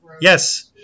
Yes